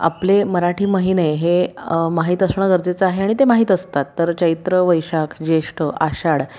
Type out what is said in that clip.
आपले मराठी महिने हे माहीत असणं गरजेचं आहे आणि ते माहीत असतात तर चैत्र वैशाख ज्येष्ठ आषाढ